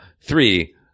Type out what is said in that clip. Three